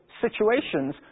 situations